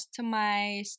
customized